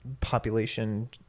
population